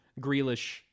Grealish